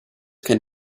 can